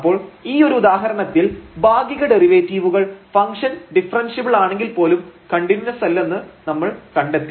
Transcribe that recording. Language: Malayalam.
അപ്പോൾ ഈ ഒരു ഉദാഹരണത്തിൽ ഭാഗിക ഡെറിവേറ്റീവുകൾ ഫംഗ്ഷൻ ഡിഫറെൻഷ്യബിൾ ആണെങ്കിൽ പോലും കണ്ടിന്യൂസ് അല്ലെന്ന് നമ്മൾ കണ്ടെത്തി